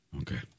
Okay